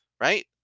Right